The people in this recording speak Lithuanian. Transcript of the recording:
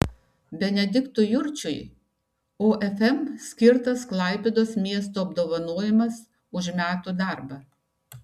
benediktui jurčiui ofm skirtas klaipėdos miesto apdovanojimas už metų darbą